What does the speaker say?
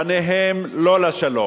פניהם לא לשלום.